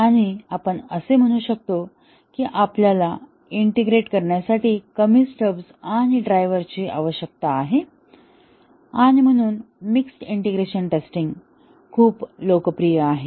आणि आपण असे म्हणू शकतो कि आपल्याला इंटिग्रेट करण्यासाठी कमी स्टब्स आणि ड्रायव्हर्सची आवश्यकता आहे आणि म्हणून मिक्सड इंटिग्रेशन टेस्टिंग खूप लोकप्रिय आहे